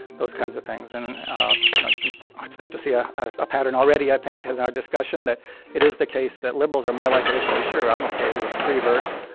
those kinds of things. and you know, you can start to see a ah ah pattern already, i think, in our discussion, that it is the case that liberals are more likely to say, sure, i'm ok with free verse,